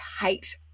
hate